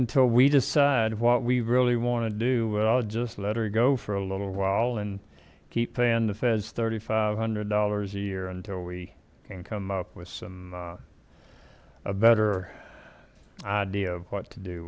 until we decide what we really want to do i'll just let her go for a little while and keep paying the feds thirty five hundred dollars a year until we can come up with some a better idea of what to do